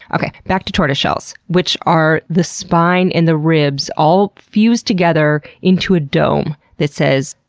okay, back to tortoise shells, which are the spine and the ribs all fused together into a dome that says,